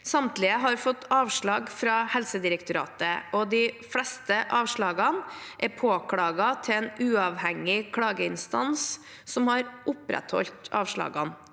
Samtlige har fått avslag fra Helsedirektoratet, og de fleste avslagene er påklaget til en uavhengig klageinstans som har opprettholdt avslagene.